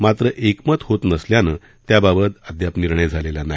मात्र एकमत होत नसल्यानं त्याबाबत अदयाप निर्णय झालेला नाही